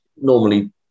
normally